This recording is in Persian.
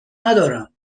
ندارم